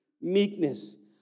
meekness